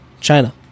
China